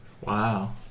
Wow